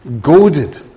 goaded